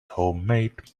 homemade